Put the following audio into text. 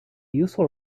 useful